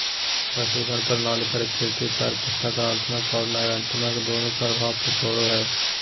पशुधन प्रणाली प्रकृति पर सकारात्मक और नकारात्मक दोनों प्रभाव छोड़ो हइ